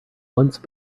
once